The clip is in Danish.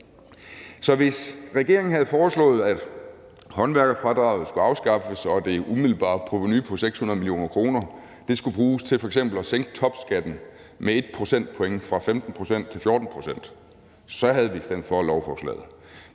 Hvis regeringen havde foreslået, at håndværkerfradraget skulle afskaffes, og at det umiddelbare provenu på 600 mio. kr. skulle bruges til f.eks. at sænke topskatten med 1 procentpoint fra 15-14 pct., så havde vi stemt for lovforslaget.